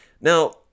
Now